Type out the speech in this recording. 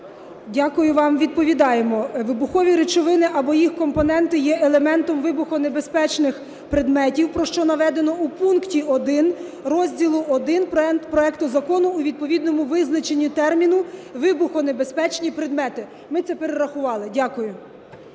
Дякую вам. Відповідаємо. Вибухові речовини або їх компоненти є елементом вибухонебезпечних предметів, про що наведено у пункті 1 розділу І проекту закону у відповідному визначенні терміну "вибухонебезпечні предмети". Ми це перерахували. Дякую.